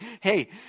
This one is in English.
Hey